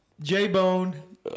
J-Bone